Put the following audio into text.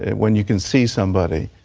when you can see somebody,